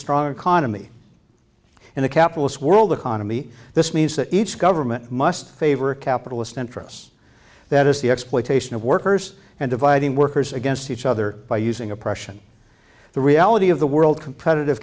strong economy in a capitalist world economy this means that each government must favor a capitalist interests that is the exploitation of workers and dividing workers against each other by using oppression the reality of the world competitive